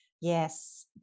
Yes